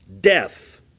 death